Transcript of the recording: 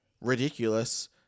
ridiculous